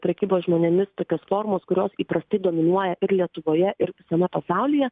prekybos žmonėmis tokios formos kurios įprastai dominuoja ir lietuvoje ir visame pasaulyje